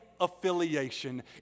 affiliation